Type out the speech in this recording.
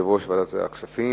יושב-ראש ועדת הכספים.